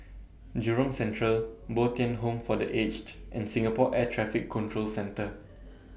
Jurong Central Bo Tien Home For The Aged and Singapore Air Traffic Control Centre